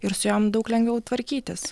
ir su jom daug lengviau tvarkytis